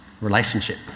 Relationship